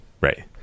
Right